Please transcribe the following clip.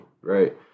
right